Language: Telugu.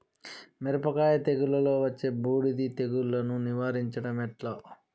మిరపకాయ తెగుళ్లలో వచ్చే బూడిది తెగుళ్లను నివారించడం ఎట్లా?